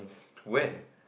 where